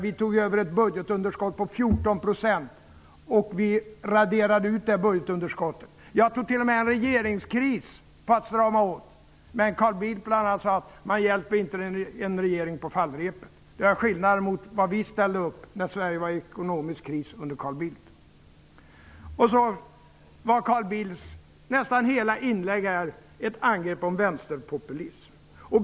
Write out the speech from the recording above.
Vi tog över ett budgetunderskott på 14 %, Bengt Westerberg, och vi raderade ut det budgetunderskottet. Jag tog t.o.m. en regeringskris på att strama åt. Carl Bildt sade att man inte hjälper en regering på fallrepet. Det är skillnaden. Vi ställde upp när Sverige var i ekonomisk kris under Carl Bildt. Nästan hela Carl Bildts inlägg var en anklagelse om vänsterpopulism.